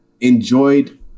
enjoyed